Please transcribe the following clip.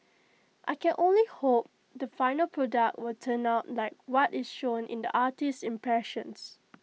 I can only hope the final product will turn out like what is shown in the artist's impressions